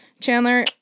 Chandler